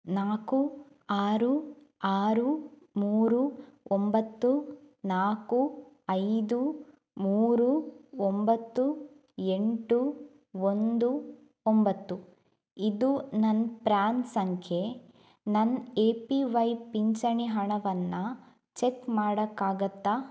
ನಾಲ್ಕು ಆರು ಆರು ಮೂರು ಒಂಬತ್ತು ನಾಲ್ಕು ಐದು ಮೂರು ಒಂಬತ್ತು ಎಂಟು ಒಂದು ಒಂಬತ್ತು ಇದು ನನ್ನ ಪ್ರಾನ್ ಸಂಖ್ಯೆ ನನ್ನ ಎ ಪಿ ವೈ ಪಿಂಚಣಿ ಹಣವನ್ನು ಚೆಕ್ ಮಾಡೋಕ್ಕಾಗತ್ತಾ